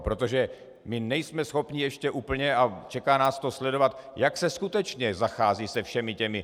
Protože my nejsme schopni ještě úplně, a čeká nás to, sledovat, jak se skutečně zachází se všemi těmi...